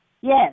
Yes